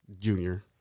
junior